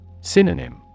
Synonym